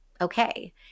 okay